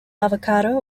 avocado